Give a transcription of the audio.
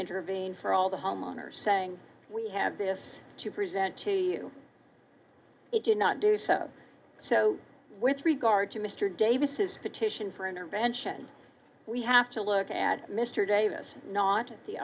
intervene for all the homeowners saying we have this to present to you it did not do so so with regard to mr davis's petition for intervention we have to look at mr davis not